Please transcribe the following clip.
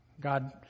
God